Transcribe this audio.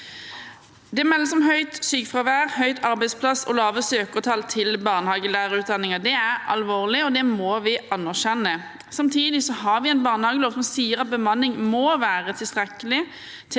Det meldes om høyt sykefravær, høyt arbeidspress og lave søkertall til barnehagelærerutdanningen. Det er alvorlig, og det må vi anerkjenne. Samtidig har vi en barnehagelov som sier at bemanningen må være tilstrekkelig